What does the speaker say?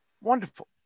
wonderful